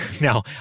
Now